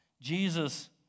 Jesus